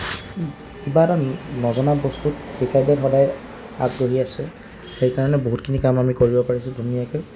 কিবা এটা নজনা বস্তুত শিকাই দিয়াত সদায় আগবাঢ়ি আছে সেইকাৰণে বহুতখিনি কাম আমি কৰিব পাৰিছোঁ ধুনীয়াকৈ